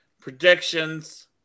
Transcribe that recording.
predictions